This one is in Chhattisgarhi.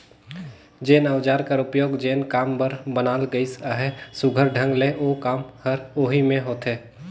जेन अउजार कर उपियोग जेन काम बर बनाल गइस अहे, सुग्घर ढंग ले ओ काम हर ओही मे होथे